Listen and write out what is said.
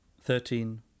Thirteen